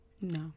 No